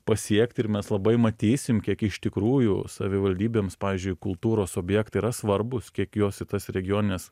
pasiekt ir mes labai matysim kiek iš tikrųjų savivaldybėms pavyzdžiui kultūros objektai yra svarbūs kiek jos į tas regionines